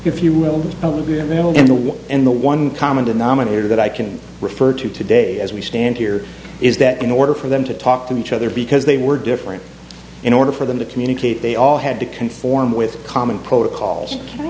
if you will only be available in the war and the one common denominator that i can refer to today as we stand here is that in order for them to talk to each other because they were different in order for them to communicate they all had to conform with common protocols